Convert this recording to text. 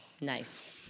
Nice